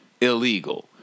illegal